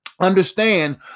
understand